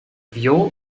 viool